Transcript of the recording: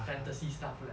fantasy stuff lah